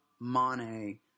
Mane